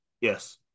Yes